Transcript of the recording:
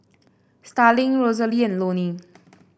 Starling Rosalie and Lonnie